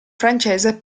francese